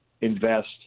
invest